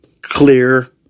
clear